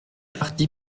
parti